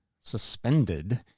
suspended